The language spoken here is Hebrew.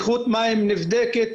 איכות מים נבדקת,